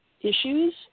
issues